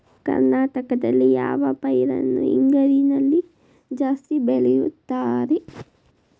ಕರ್ನಾಟಕದಲ್ಲಿ ಯಾವ ಪೈರನ್ನು ಹಿಂಗಾರಿನಲ್ಲಿ ಜಾಸ್ತಿ ಬೆಳೆಯುತ್ತಾರೆ?